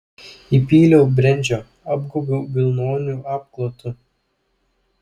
įpyliau brendžio apgaubiau vilnoniu apklotu